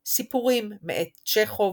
"סיפורים" מאת צ'כוב,